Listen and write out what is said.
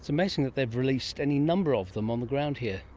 it's amazing that they've released any number of them on the ground here.